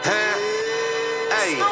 Hey